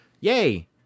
yay